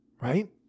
Right